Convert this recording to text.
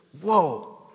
Whoa